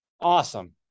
awesome